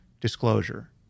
disclosure